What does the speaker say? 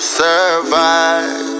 survive